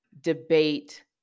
debate